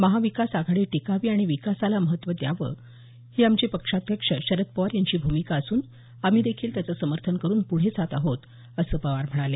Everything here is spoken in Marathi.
महाविकास आघाडी टिकावी आणि विकासाला महत्व द्यावं ही आमचे पक्षाध्यक्ष शरद पवार यांची भूमिका असून आम्हीदेखील त्याचं समर्थन करुन पुढे जात आहोत असं पवार म्हणाले